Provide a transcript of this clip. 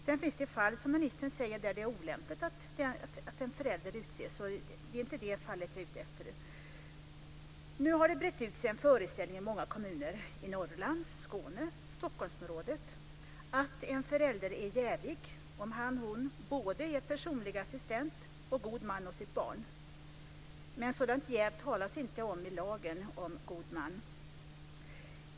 Sedan finns det fall, som ministern säger, där det är olämpligt att en förälder utses, och det är inte de fallen jag är ute efter. Nu har det brett ut sig en föreställning i många kommuner i Norrland, Skåne och Stockholmsområdet att en förälder är jävig om han eller hon både är personlig assistent och god man åt sitt barn, men sådant jäv talas inte om i lagen om god man.